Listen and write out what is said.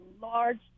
large